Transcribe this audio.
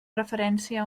referència